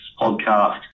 podcast